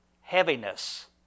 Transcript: heaviness